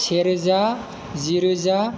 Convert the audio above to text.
से रोजा जि रोजा